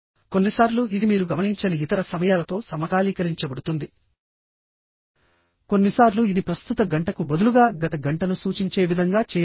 కొన్నిసార్లు ఇది మీరు గమనించని ఇతర సమయాలతో సమకాలీకరించబడుతుంది కొన్నిసార్లు ఇది ప్రస్తుత గంటకు బదులుగా గత గంటను సూచించే విధంగా చేయబడుతుంది